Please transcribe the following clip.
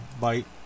bite